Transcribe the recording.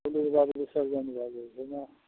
होली कऽ बाद बिसर्जन भए जाए छै हइ ने